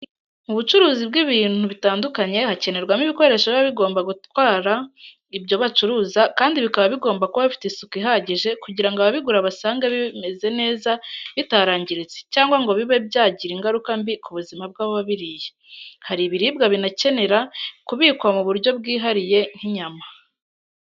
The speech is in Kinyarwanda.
Mu bucuruzi by'ibintu bitandukanye hakenerwa mo ibikoresho biba bigomba gutwara ibyo bacuruza kandi bikaba bigomba kuba bifite isuku ihagije kugirango ababigura basange bimeze neza bitarangiritse cyangwa ngo bibe byagira ingaruka mbi ku buzima bwababiriye. Hari ibiribwa binakenera kubikwa mu buryo bwihariyenk'inyama.